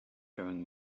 faring